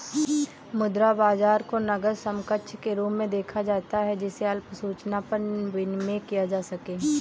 मुद्रा बाजार को नकद समकक्ष के रूप में देखा जाता है जिसे अल्प सूचना पर विनिमेय किया जा सके